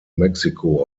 mexiko